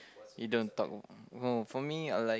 you don't talk oh for me I like